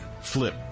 flip